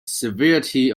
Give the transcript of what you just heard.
severity